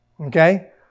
Okay